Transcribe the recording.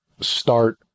start